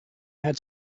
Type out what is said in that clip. had